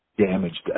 damaged